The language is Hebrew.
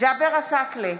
ג'אבר עסאקלה,